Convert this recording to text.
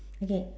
okay